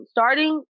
Starting